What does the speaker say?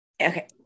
Okay